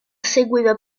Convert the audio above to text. seguiva